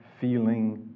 feeling